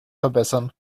verbessern